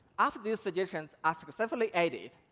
after these suggestions are successfully added,